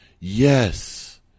Yes